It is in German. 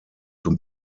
zum